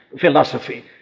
philosophy